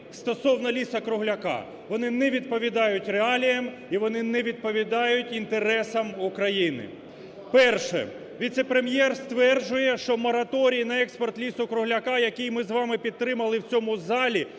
стосовно лісу-кругляка. Вони не відповідають реаліям і вони не відповідають інтересам України. Перше, віце-прем'єр стверджує, що мораторій на експорт лісу-кругляка, який ми з вами підтримали в цьому залі